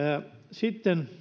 sitten